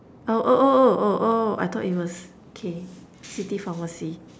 oh oh oh oh oh I thought it was okay city pharmacy